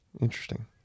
Interesting